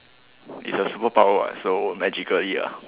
it's a superpower what so magically ah